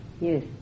Yes